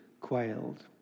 quailed